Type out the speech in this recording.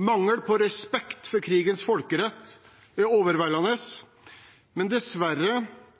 Mangel på respekt for krigens folkerett er overveldende, men dessverre